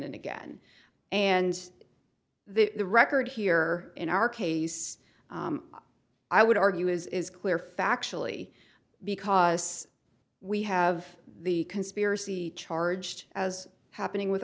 and again and the record here in our case i would argue is clear factually because we have the conspiracy charged as happening with